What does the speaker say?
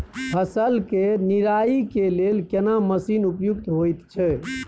फसल के निराई के लेल केना मसीन उपयुक्त होयत छै?